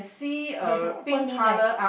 there's a opening right